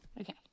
Okay